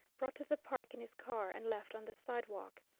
brought to the park in his car, and left on the sidewalk.